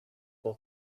will